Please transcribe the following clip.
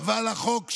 ועל החוק הזה.